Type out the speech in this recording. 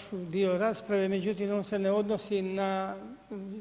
Razumio sam vaš dio rasprave, međutim on se ne odnosi na